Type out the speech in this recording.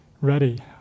ready